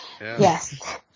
Yes